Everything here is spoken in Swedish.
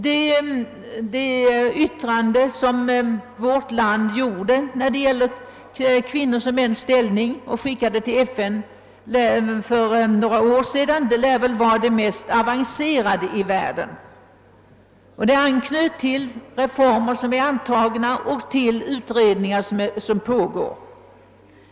Det yttrande om kvinnors och mäns ställning, som vårt land avlät till FN för några år sedan, lär vara det mest avancerade yttrandet i detta avseende i världen. Det anknöt till antagna reformer och till pågående utredningar.